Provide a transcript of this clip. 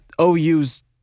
OU's